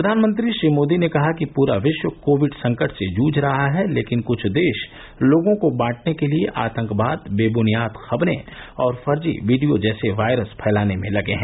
प्रधानमंत्री श्री मोदी ने कहा कि पूरा विश्व कोविड संकट से जूझ रहा है लेकिन कृछ देश लोगों को बांटने के लिए आतंकवाद बेब्नियाद खबरें और फर्जी वीडियो जैसे वायरस फैलाने में लगे है